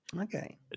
okay